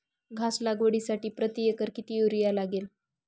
घास लागवडीसाठी प्रति एकर किती युरिया लागेल?